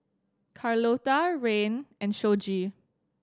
Carlotta Rayne and Shoji